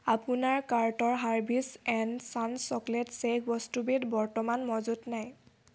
আপোনাৰ কাৰ্টৰ Hershey's and sons chocolate shake বস্তুবিধ বৰ্তমান মজুত নাই